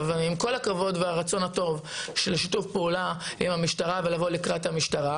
עם כל הכבוד והרצון הטוב של שיתוף פעולה עם המשטרה ולבוא לקראת המשטרה,